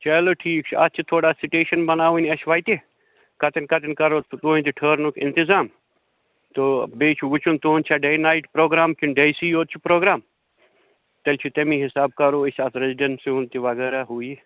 چلو ٹھیٖک چھِ اَتھ چھِ تھوڑا سِٹیشَن بناوٕنۍ اَسہِ وَتہِ کَتٮ۪ن کَتٮ۪ن کَرَو تُہٕنٛدِ ٹھہرنُک انتظام تہٕ بیٚیہِ چھِ وٕچھُن تُہُنٛد چھا ڈے نایِٹ پرٛوگرام کِنہٕ ڈیسٕے یوت چھُ پرٛوگرام تیٚلہِ چھُ تٔمی حسابہٕ کَرَو أسۍ اَتھ رٮ۪زڈٮ۪نسہِ ہُنٛد تہِ وغٲرہ ہُہ یہِ